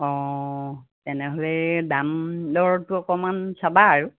অঁ তেনেহ'লে দাম দৰটো অকণমান চাবা আৰু